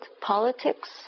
politics